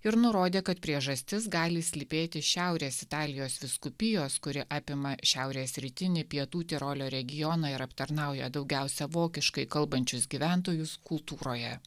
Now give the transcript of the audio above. ir nurodė kad priežastis gali slypėti šiaurės italijos vyskupijos kuri apima šiaurės rytinį pietų tirolio regioną ir aptarnauja daugiausia vokiškai kalbančius gyventojus kultūroje